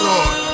Lord